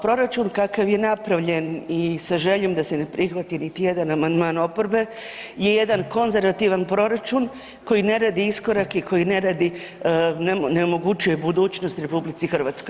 Proračun kakav je napravljen i sa željom da se ne prihvati niti jedan amandman oporbe je jedan konzervativan proračun koji ne radi iskorake i koji ne radi, ne omogućuje budućnost RH.